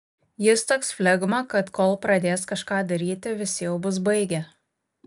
jis toks flegma kad kol pradės kažką daryti visi jau bus baigę